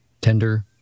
tender